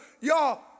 Y'all